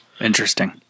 Interesting